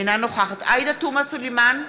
אינה נוכחת עאידה תומא סלימאן,